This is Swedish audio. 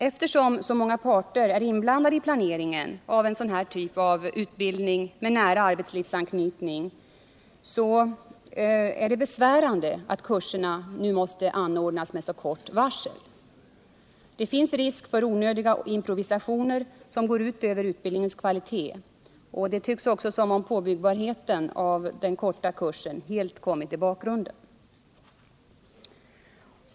Eftersom så många parter är inblandade i planeringen av denna typ av utbildning med nära arbetslivsanknytning är det besvärande att kurserna nu måste anordnas med så kort varsel. Det finns risk för onödiga improvisationer, som går ut över utbildningens kvalitet. Och det tycks bli så att påbyggbarheten av den korta kursen helt kommer i bakgrunden.